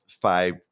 five